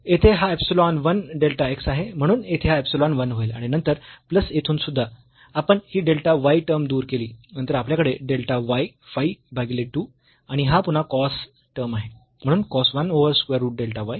येथे हा epsilon 1 delta x आहे म्हणून येथे हा इप्सिलॉन 1 होईल आणि नंतर प्लस येथून सुध्दा आपण ही डेल्टा y टर्म दूर केली नंतर आपल्याकडे डेल्टा y 5 भागीले 2 आणि ही पुन्हा cos टर्म आहे म्हणून cos 1 over square root delta y